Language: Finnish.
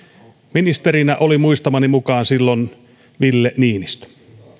ministerinä oli muistamani mukaan silloin ville niinistö